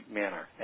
manner